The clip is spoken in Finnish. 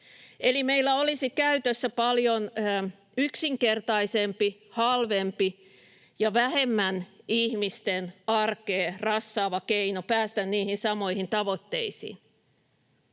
Eli meillä olisi käytössä paljon yksinkertaisempi, halvempi ja vähemmän ihmisten arkea rassaava keino päästä niihin samoihin tavoitteisiin.